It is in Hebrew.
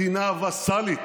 מדינה וסאלית.